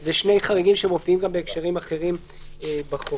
זה שני חריגים שמופיעים בהקשרים אחרים בחוק.